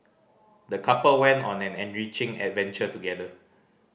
the couple went on an enriching adventure together